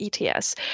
ETS